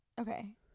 Okay